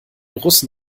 russen